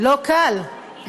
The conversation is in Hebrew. לא קל.